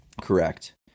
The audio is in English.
correct